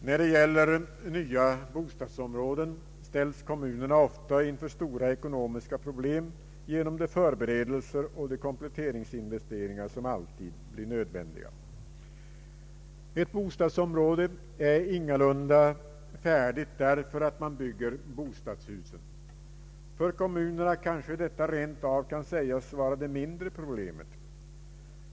När det gäller nya bostadsområden ställs kommunerna ofta inför stora ekonomiska problem genom de förberedelser och kompletteringsinvesteringar som alltid blir nödvändiga. Ett bostadsområde är ingalunda färdigt för att man byggt bostadshuset. För kommunerna kan detta rent av sägas vara det mindre problemet.